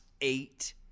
eight